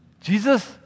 Jesus